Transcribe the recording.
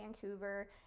Vancouver